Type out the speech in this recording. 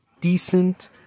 decent